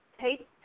take